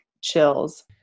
chills